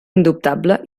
indubtable